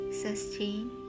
Sustain